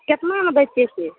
केतनामे दै छियै से